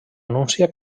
anuncia